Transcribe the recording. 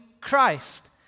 Christ